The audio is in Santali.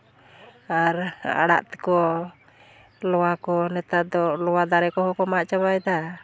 ᱟᱨ ᱟᱲᱟᱜ ᱛᱤᱠᱤ ᱠᱚ ᱞᱚᱣᱟ ᱠᱚ ᱱᱮᱛᱟᱨ ᱫᱚ ᱞᱚᱣᱟ ᱫᱟᱨᱮ ᱠᱚᱦᱚᱸ ᱠᱚ ᱢᱟᱜ ᱪᱟᱵᱟᱭᱮᱫᱟ